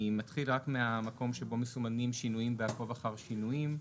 אני מתחיל רק מהמקום שבו מסומנים שינויים בעקוב אחר שינויים.